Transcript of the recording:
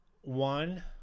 one